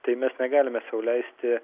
tai mes negalime sau leisti